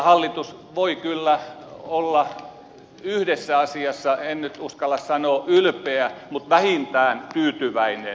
hallitus voi kyllä olla yhdessä asiassa en nyt uskalla sanoa ylpeä mutta vähintään tyytyväinen